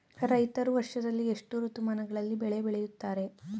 ರೈತರು ವರ್ಷದಲ್ಲಿ ಎಷ್ಟು ಋತುಮಾನಗಳಲ್ಲಿ ಬೆಳೆ ಬೆಳೆಯುತ್ತಾರೆ?